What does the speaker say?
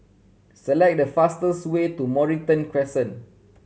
select the fastest way to Mornington Crescent